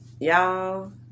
y'all